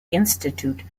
institute